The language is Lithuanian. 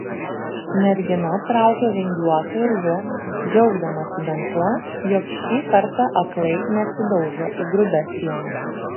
mergina traukė vingiuotu urvu džiaugdamasi bent tuo jog šį kartą aklai nesidaužo į grubias sienas